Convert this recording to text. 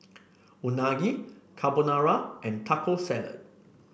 Unagi Carbonara and Taco Salad